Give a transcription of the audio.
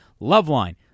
Loveline